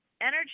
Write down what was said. energy